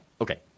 okay